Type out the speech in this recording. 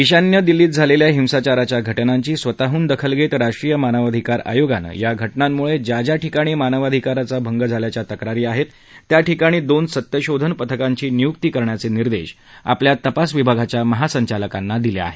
ईशान्य दिल्लीत झालेल्या हिंसाचाराच्या घटनांची स्वतःहून दखल घेत राष्ट्रीय मानवाधिकार आयोगानं या घटनांमुळे ज्या ज्या ठिकाणी मानवाधिकारांचा भंग झाल्याच्या तक्रारी आहेत त्या ठिकाणी दोन सत्यशोधन पथकांची नियुक्ती करण्याचे निर्देश आपल्या तपास विभागाच्या महासचालकांना दिले आहेत